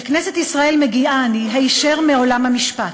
אל כנסת ישראל מגיעה אני הישר מעולם המשפט.